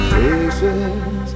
Places